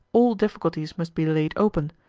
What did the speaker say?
all difficulties must be laid open,